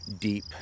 deep